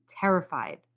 terrified